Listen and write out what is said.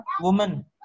woman